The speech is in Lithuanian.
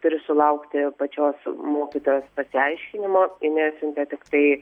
turi sulaukti pačios mokytojos pasiaiškinimo jinai atsiuntė tiktai